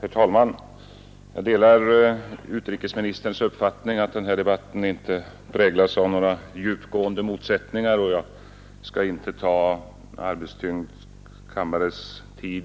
Herr talman! Jag delar utrikesministerns uppfattning att den här debatten inte präglas av några djupgående motsättningar, och jag skall inte ta en arbetstyngd kammares tid